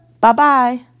Bye-bye